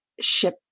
ship